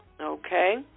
Okay